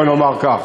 בואו נאמר כך,